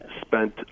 spent